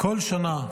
בכל שנה,